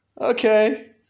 Okay